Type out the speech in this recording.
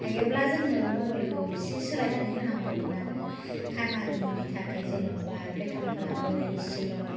हायोब्ला जोंनो मबेलखौ एसे सोलायनानै होनांगौमोन आरो खामानिनि थाखाय जेन'बा बेथनफोराबो एसेल'